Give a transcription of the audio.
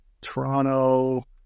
Toronto